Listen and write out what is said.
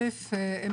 אחת,